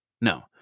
No